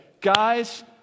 guys